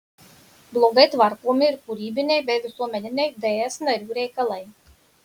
blogai tvarkomi ir kūrybiniai bei visuomeniniai ds narių reikalai